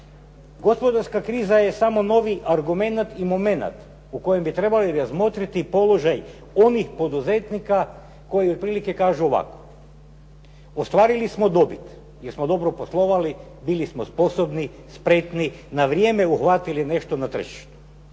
Gospodarska kriza je samo novi argument i moment u kojem bi trebali razmotriti položaj onih poduzetnika koji otprilike kažu ovako. Ostvarili smo dobit, jer smo dobro poslovali, bili smo sposobni, spretni, na vrijeme uhvatili nešto na tržištu.